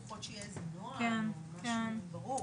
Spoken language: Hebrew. לפחות שיהיה איזה נוהל או משהו ברור.